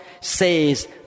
says